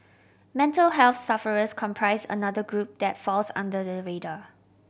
mental health sufferers comprise another group that falls under the radar